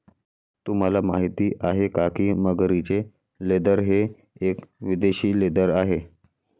तुम्हाला माहिती आहे का की मगरीचे लेदर हे एक विदेशी लेदर आहे